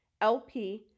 LP